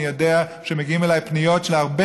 אני יודע שמגיעות אליי פניות שהרבה